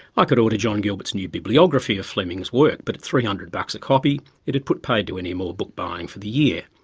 i could order jon gilbert's new bibliography of fleming's work but at three hundred bucks a copy it'd put paid to any more book buying for the year.